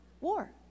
war